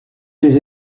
des